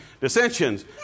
dissensions